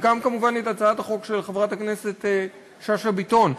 וגם כמובן את הצעת החוק של חברת הכנסת שאשא ביטון.